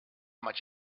much